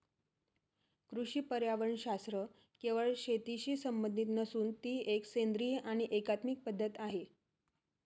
कृषी पर्यावरणशास्त्र केवळ शेतीशी संबंधित नसून ती एक सेंद्रिय आणि एकात्मिक पद्धत आहे